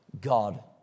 God